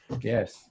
Yes